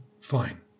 fine